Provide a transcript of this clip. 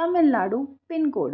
Tamil Nadu pin code